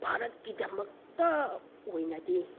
ꯚꯥꯔꯠꯀꯤꯗꯃꯛꯇ ꯑꯣꯏꯅꯗꯤ